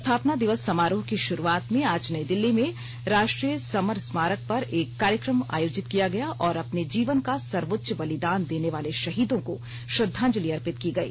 स्थापना दिवस समारोह की शुरूआत में आज नई दिल्ली में राष्ट्रीय समर स्मारक पर एक कार्यक्रम आयोजित किया गया और अपने जीवन का सर्वोच्च बलिदान देने वाले शहीदों को श्रद्वांजलि अर्पित की गई